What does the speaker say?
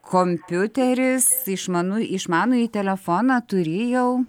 kompiuteris išmanu išmanųjį telefoną turi jau